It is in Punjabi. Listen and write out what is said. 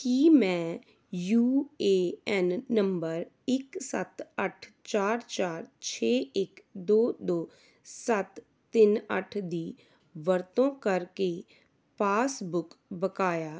ਕੀ ਮੈਂ ਯੂ ਏ ਐੱਨ ਨੰਬਰ ਇੱਕ ਸੱਤ ਅੱਠ ਚਾਰ ਚਾਰ ਛੇ ਇੱਕ ਦੋ ਦੋ ਸੱਤ ਤਿੰਨ ਅੱਠ ਦੀ ਵਰਤੋਂ ਕਰਕੇ ਪਾਸਬੁੱਕ ਬਕਾਇਆ